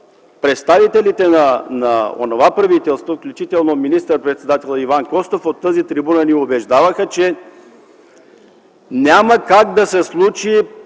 представителите на онова правителство, включително министър-председателят Иван Костов, от тази трибуна ни убеждаваха, че няма как да се случи